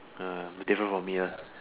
uh different from me ah